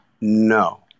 No